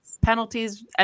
penalties